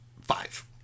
five